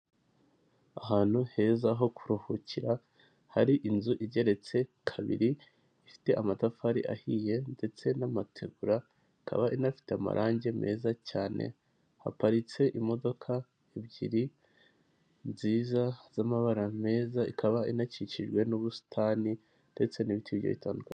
Ahantu heza ho kuruhukira hari inzu igeretse kabiri, ifite amatafari ahiye ndetse n'amategura, ikaba inafite amarangi meza cyane haparitse imodoka ebyiri nziza z'amabara meza, ikaba inakikijwe n'ubusitani ndetse n'ibiti bigiye bitandukanye.